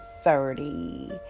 thirty